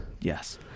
Yes